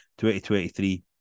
2023